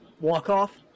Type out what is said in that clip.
Walk-off